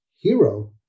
hero